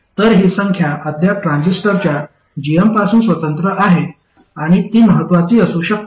तर ही संख्या अद्याप ट्रान्झिस्टरच्या gm पासून स्वतंत्र आहे आणि ती महत्त्वाची असू शकते